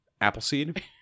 Appleseed